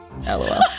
lol